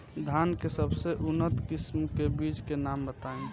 धान के सबसे उन्नत किस्म के बिज के नाम बताई?